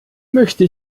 möchte